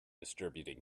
distributing